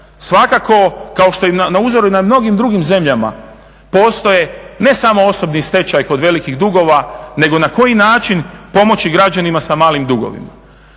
Svakako kao što i na uzoru na mnogim drugim zemljama postoje ne samo osobni stečaj kod velikih dugova, nego na koji način pomoći građanima sa malim dugovima?